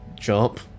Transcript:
jump